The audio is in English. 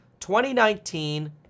2019